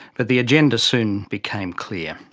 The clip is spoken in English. but the agenda soon became clear.